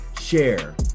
share